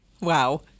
Wow